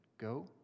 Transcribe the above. go